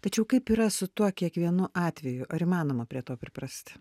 tačiau kaip yra su tuo kiekvienu atveju ar įmanoma prie to priprast